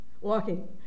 walking